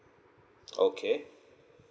okay